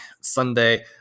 Sunday